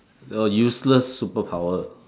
oh useless superpower